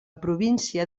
província